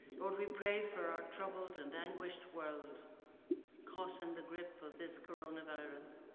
lord, we pray for our troubled and anguished world caught in the grip of this coronavirus